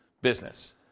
business